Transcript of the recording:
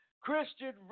Christian